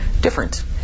different